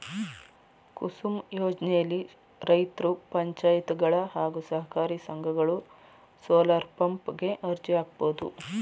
ಕುಸುಮ್ ಯೋಜ್ನೆಲಿ ರೈತ್ರು ಪಂಚಾಯತ್ಗಳು ಹಾಗೂ ಸಹಕಾರಿ ಸಂಘಗಳು ಸೋಲಾರ್ಪಂಪ್ ಗೆ ಅರ್ಜಿ ಹಾಕ್ಬೋದು